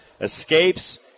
escapes